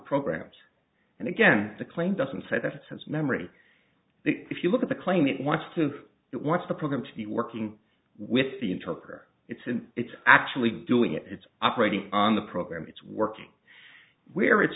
programs and again the claim doesn't say that it's his memory if you look at the claim that it wants to it wants the program to be working with the interpreter it's in it's actually doing it it's operating on the program it's working where it's